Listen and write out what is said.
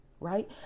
right